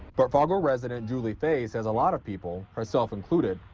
but fargo resident julie fay says a lot of people, herself included,